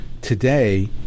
Today